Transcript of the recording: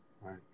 Right